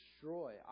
destroy